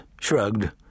shrugged